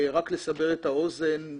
רק לסבר את האוזן,